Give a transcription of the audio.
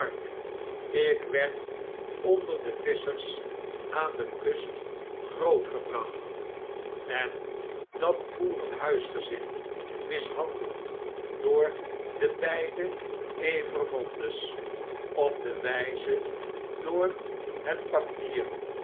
ik werd onder de visschers aan de kustgrootgebracht en dat boeren huisgezin mishandeld door de beide evremondes op de wjjze door het papier